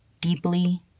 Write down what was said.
deeply